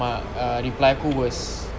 my uh reply aku was